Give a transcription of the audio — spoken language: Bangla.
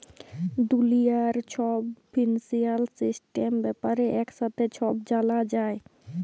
দুলিয়ার ছব ফিন্সিয়াল সিস্টেম ব্যাপারে একসাথে ছব জালা যায়